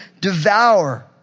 devour